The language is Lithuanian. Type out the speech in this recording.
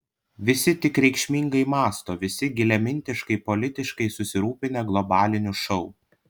visi tik reikšmingai mąsto visi giliamintiškai politiškai susirūpinę globaliniu šou